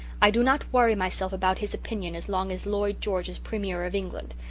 i do not worry myself about his opinion as long as lloyd george is premier of england.